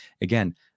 again